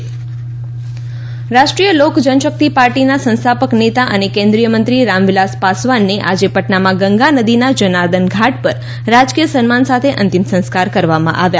રામવિલાસ પાસવાન રાષ્ટ્રીય લોક જનશક્તિ પાર્ટીના સંસ્થાપક નેતા અને કેન્દ્રિયમંત્રી રામવિલાસ પાસવાનને આજે પટનામાં ગંગા નદીના જનાર્દન ઘાટ પર રાજકીય સન્માન સાથે અંતિમ સંસ્કાર કરવામાં આવ્યા